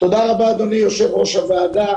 רבה אדוני יושב ראש הוועדה.